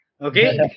Okay